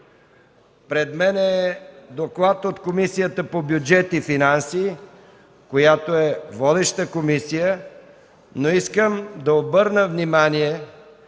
Пред мен е докладът на Комисията по бюджет и финанси, която е водеща. Искам да обърна внимание,